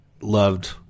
Loved